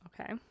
okay